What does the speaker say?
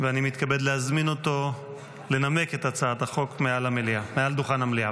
ואני מתכבד להזמין אותו לנמק את הצעת החוק מעל דוכן המליאה.